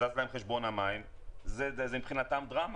זז להם חשבון המים זה מבחינתם דרמה.